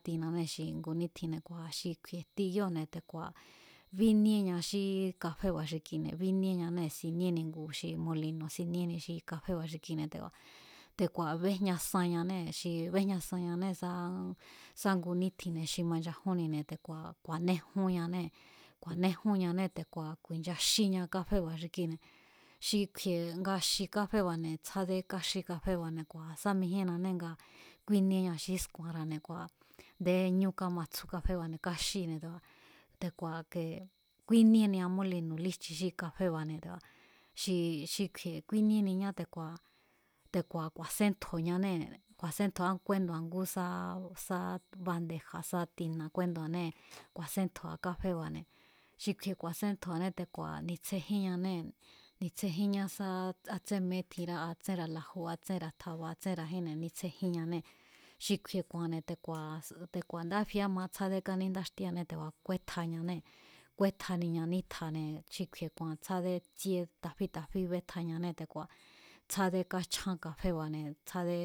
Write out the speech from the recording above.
Xi gunítjinne̱ kua̱ xi kju̱i̱e̱ jti kíóo̱ne̱ te̱ku̱a̱ bíníeña xí kafeba̱ xi kine̱ bíníeñanee̱ siníeni ngu xi molino̱ siníeni xi kafeba̱ xi kine̱ te̱ku̱a̱, te̱ku̱a̱ béjñasanñanée xi béjñasañanée̱ sá sá ngu nítjinne̱ xi manchajúnnine̱ te̱ku̱a̱ ku̱a̱nejunñanée̱, ku̱a̱nejunñánée̱ te̱ku̱a̱ ku̱i̱nchaxíña káféba̱ xi kine̱ xi kju̱i̱e̱ nga xi káféba̱ne̱ tsjádé káxí kaféba̱ne̱ kua̱ sá mijíennane nga kúíníéña xí sku̱a̱nra̱ne̱ kua̱ ndé ñú kamatsjú kaféba̱ne̱ káxíne̱ te̱ku̱a̱, te̱ku̱a̱ kee kíníenia mólino̱ líjchi xí kaféba̱ne̱ te̱ku̱a̱ xi xi kju̱i̱e̱ kúíníeniñá te̱ku̱a̱, te̱ku̱a̱ ku̱a̱séntjo̱ñanée̱ ku̱a̱séntjo̱á kúendu̱a ngú sá, sá bandeja̱ sá tina̱ kúéndu̱anée̱ ku̱a̱séntjo̱a káféba̱ne̱ xi kju̱i̱e̱ ku̱a̱sentjo̱ané kua̱ ni̱tsjéjinñanee̱ ni̱tsjejínñá sá a tsémejín tjinrá a tsénra̱ la̱ju̱ a tsénra̱ tja̱ba̱ a tsénra̱jínne̱ ni̱tsjejínñanee̱ xi kju̱i̱e̱ ku̱a̱ne̱ te̱ku̱a̱ s te̱ku̱a̱ a̱nde áfie áma tsjáde káníndaxtíeané te̱ku̱a̱ kúetjañanée̱, kúetjaniña nítjane̱ xij kju̱i̱e̱ ku̱a̱n tsjádé tsíé ta̱fí ta̱fí betjañanée̱ te̱ku̱a̱ tsjádé kachjan kaféba̱ne̱ tsjádé